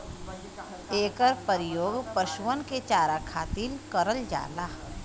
एकर परियोग पशुअन के चारा खातिर करल जाला